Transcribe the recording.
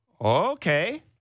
Okay